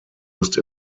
used